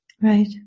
Right